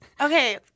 Okay